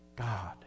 God